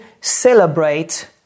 celebrate